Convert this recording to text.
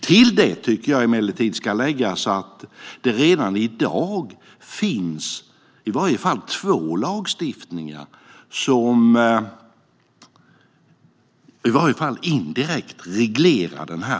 Till det tycker jag emellertid ska läggas att det redan i dag finns två lagstiftningar som i varje fall indirekt reglerar detta.